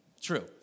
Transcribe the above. true